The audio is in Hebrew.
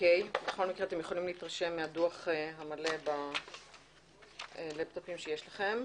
בכל מקרה אתם יכולים להתרשם מהדוח המלא בלפטופים שיש לכם.